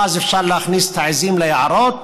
ואז אפשר להכניס את העיזים ליערות